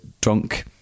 drunk